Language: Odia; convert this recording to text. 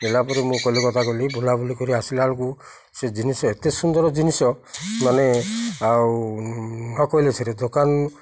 ନେଲା ପରେ ମୁଁ କଲିକତା ଗଲି ବୁଲାବୁଲି କରି ଆସିଲା ବେଳକୁ ସେ ଜିନିଷ ଏତେ ସୁନ୍ଦର ଜିନିଷ ମାନେ ଆଉ ନକହିଲେ ସରେ ଦୋକାନ